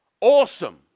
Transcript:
awesome